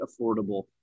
affordable